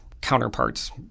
counterparts